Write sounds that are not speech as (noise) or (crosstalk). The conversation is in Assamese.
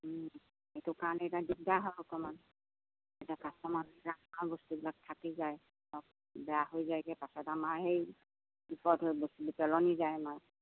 সেইটো কাৰণে এতিয়া দিগদাৰ হয় অকণমান এতিয়া কাষ্টমাৰ নাথাকিলে আমাৰো বস্তবিলাক থাকি যায় ধৰক বেয়া হৈ যায় গৈ পাছত আমাৰ সেই বস্তুবোৰ (unintelligible) পেলনি যায় আমাৰ